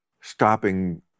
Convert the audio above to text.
stopping